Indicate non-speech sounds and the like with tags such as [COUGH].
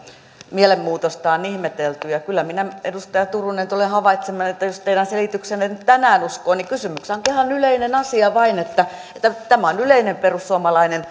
mielenmuutosta on ihmetelty ja kyllä minä edustaja turunen tulen havaitsemaan että jos teidän selityksenne nyt tänään uskoo niin kysymyksessä onkin ihan vain yleinen asia tämä on yleinen perussuomalainen [UNINTELLIGIBLE]